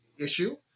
issue